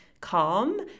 calm